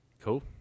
Cool